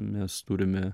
mes turime